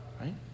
right